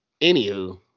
Anywho